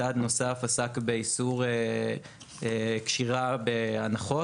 צעד נוסף עסק באיסור קשירה בהנחות.